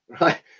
right